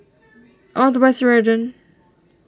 I want to buy Ceradan